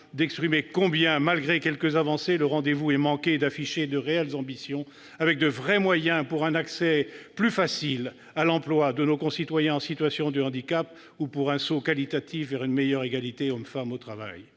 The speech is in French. d'exprimer combien, malgré quelques avancées, le rendez-vous est manqué d'afficher de réelles ambitions avec de vrais moyens pour un accès plus facile à l'emploi de nos concitoyens en situation de handicap ou pour un saut qualitatif vers une meilleure égalité entre les hommes et les femmes au travail.